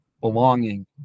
belonging